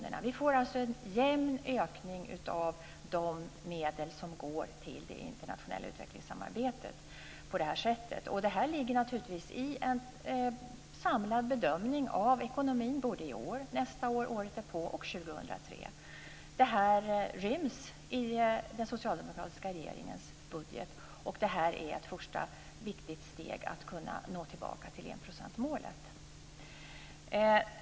På det här sättet får vi alltså en jämn ökning av de medel som går till det internationella utvecklingssamarbetet. Detta ligger naturligtvis i en samlad bedömning av ekonomin i år, nästa år, året därpå och år 2003. Det här ryms i den socialdemokratiska regeringens budget och är ett första viktigt steg när det gäller att kunna nå tillbaka till enprocentsmålet.